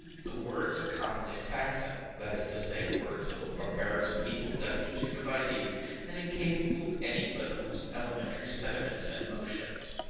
the words are commonly saxon that is to say, words of a barbarous people destitute of ideas and incapable of any but the most elementary sentiments and emotions.